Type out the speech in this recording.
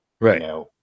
right